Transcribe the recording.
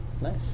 Nice